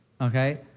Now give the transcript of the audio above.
okay